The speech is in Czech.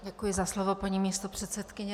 Děkuji za slovo, paní místopředsedkyně.